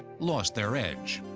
lost their edge.